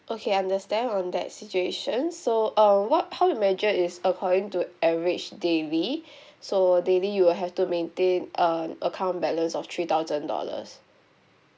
okay understand on that situation so um what how we measure is according to average daily so daily you will have to maintain uh account balance of three thousand dollars